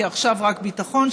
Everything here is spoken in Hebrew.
כי עכשיו רק ביטחון,